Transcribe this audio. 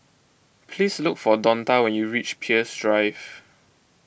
please look for Donta when you reach Peirce Drive